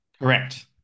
Correct